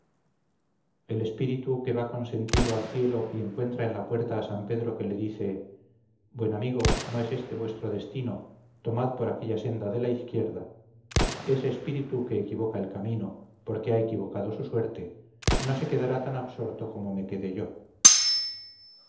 el espíritu que va consentido al cielo y encuentra en la puerta a san pedro que le dice buen amigo no es este vuestro destino tomad por aquella senda de la izquierda ese espíritu que equivoca el camino porque ha equivocado su suerte no se quedará tan absorto como me quedé yo